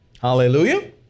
Hallelujah